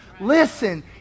Listen